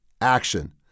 action